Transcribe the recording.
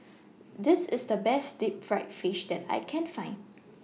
This IS The Best Deep Fried Fish that I Can Find